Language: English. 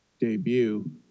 debut